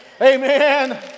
Amen